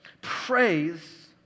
Praise